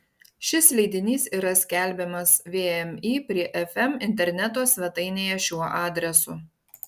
šis leidinys yra skelbiamas vmi prie fm interneto svetainėje šiuo adresu